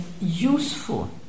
useful